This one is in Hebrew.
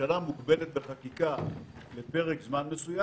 אם משרד הבריאות לא מקבל את עמדתי ואני עוזבת את הבידוד,